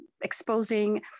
exposing